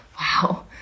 wow